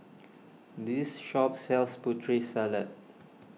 this shop sells Putri Salad